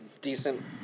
decent